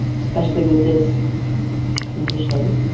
especially with this condition.